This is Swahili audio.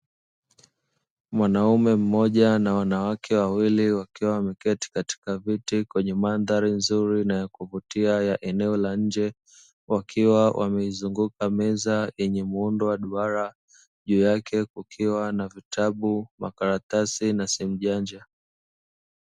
Mwanaume mmoja na wanawake wawili wakiwa wameketi katika viti kwenye mandhari nzuri yakuvutia ya eneo la nje, huku wakiwa wamemzunguka meza yenye muundo wa duara. Juu yake kukiwa na vitabu, makaratasi na simu janja.